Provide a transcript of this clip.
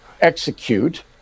execute